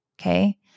Okay